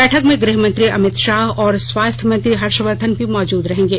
बैठक में गृहमंत्री अमित शाह और स्वास्थ्य मंत्री हर्षवर्धन भी मौजूद रहेंगे